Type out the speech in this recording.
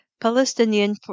Palestinian